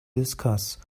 discuss